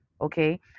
Okay